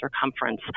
circumference